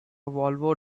volvo